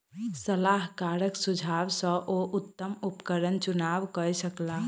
सलाहकारक सुझाव सॅ ओ उत्तम उपकरणक चुनाव कय सकला